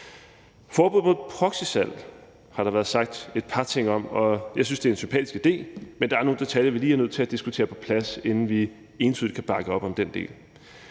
Forbud mod proxysalg har der været sagt et par ting om, og jeg synes, det er en sympatisk idé, men der er nogle detaljer, som vi lige er nødt til at diskutere og få på plads, inden vi entydigt kan bakke op om den del.